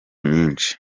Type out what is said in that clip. nyinshi